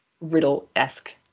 riddle-esque